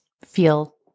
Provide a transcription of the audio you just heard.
feel